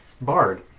Bard